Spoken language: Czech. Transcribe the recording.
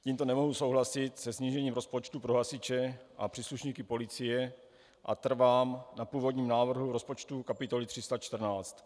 Tímto nemohu souhlasit se snížením rozpočtu pro hasiče a příslušníky policie a trvám na původním návrhu rozpočtu kapitoly 314.